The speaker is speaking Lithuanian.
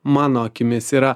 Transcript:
mano akimis yra